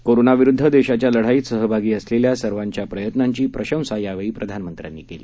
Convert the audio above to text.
कोरोनाविरुद्ध देशाच्या लढाईत सहभागी असलेल्या सर्वांच्या प्रयत्नांची प्रशंसा प्रधानमंत्र्यांनी केली